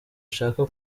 nshaka